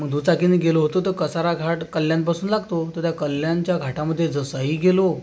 मग दुचाकींनी गेलो होतो तर कसाराघाट कल्याणपासून लागतो तर त्या कल्याणच्या घाटामधे जसाही गेलो